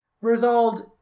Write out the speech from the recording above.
resolved